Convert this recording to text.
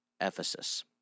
Ephesus